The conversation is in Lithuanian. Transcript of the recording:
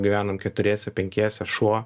gyvenam keturiese penkiese šuo